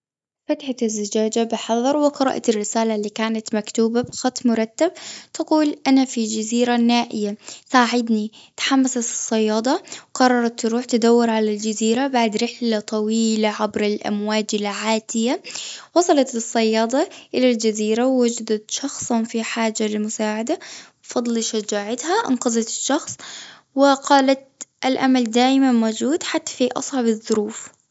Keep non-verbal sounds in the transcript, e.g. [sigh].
فتحت الزجاجة بحذر، وقرأت الرسالة اللي كانت مكتوبة بخط مرتب. تقول: أنا في جزيرة نائية، ساعدني. تحمست الصيادة، وقررت تروح تدور على الجزيرة. بعد رحلة طويلة عبر الأمواج العاتية. وصلت الصيادة إلى الجزيرة، ووجدت شخصاً في حاجة لمساعدة. بفضل شجاعتها، أنقذت الشخص وقالت: [hesitation] الأمل دايماً موجود، حتى في أصعب الظروف.